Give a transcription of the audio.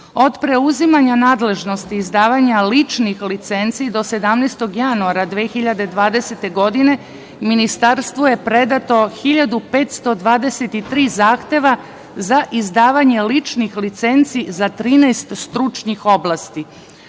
preuzimanja nadležnosti i izdavanja ličnih licenci do 17. januara 2020. godine, Ministarstvu je predato 1.523 zahteva za izdavanje ličnih licenci za 13 stručnih oblasti.